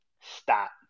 Stop